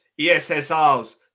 ESSR's